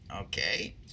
Okay